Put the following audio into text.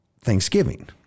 Thanksgiving